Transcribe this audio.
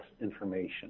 information